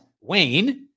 Wayne